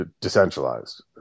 decentralized